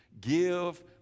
give